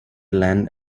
land